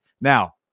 Now